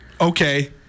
Okay